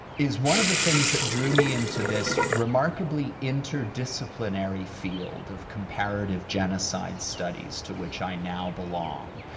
is one of the things that drew me into this remarkably interdisciplinary field of comparative genocide studies to which i now belong